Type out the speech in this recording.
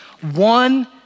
one